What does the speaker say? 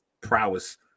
prowess